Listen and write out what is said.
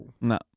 No